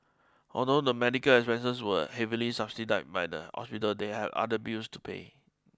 although the medical expenses were heavily subsidised by the hospital they had other bills to pay